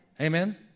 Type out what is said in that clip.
Amen